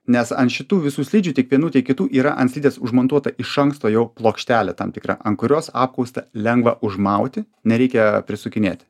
nes ant šitų visų slidžių tiek vienų tiek kitų yra ant slidės užmontuota iš anksto jau plokštelė tam tikra ant kurios apkaustą lengva užmauti nereikia prisukinėti